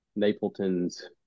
Napleton's